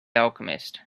alchemist